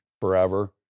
forever